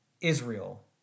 Israel